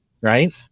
right